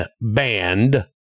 banned